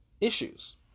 issues